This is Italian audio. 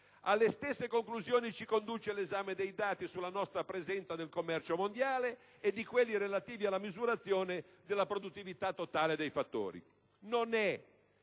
Alle stesse conclusioni ci conduce l'esame dei dati sulla nostra presenza nel commercio mondiale e di quelli relativi alla misurazione della produttività totale dei fattori.